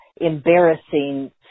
embarrassing